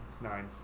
Nine